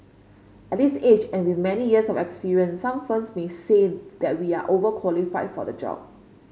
at this age and with many years of experience some firms may say that we are overqualified for the job